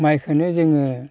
माइखोनो जोङो